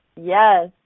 Yes